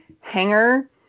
hanger